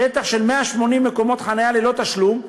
שטח של 180 מקומות חניה ללא תשלום,